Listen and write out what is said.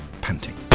panting